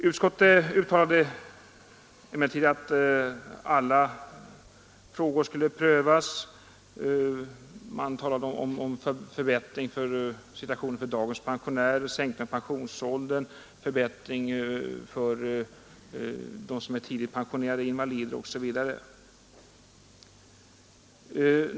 Utskottet uttalade i sitt betänkande att alla frågor som för en förbättring av pensionssystemet skulle prövas. Man talade om en förbättring för dagens pensionärer, en sänkning av pensionsåldern, förbättringar för förtidspensionerade invalider, osv.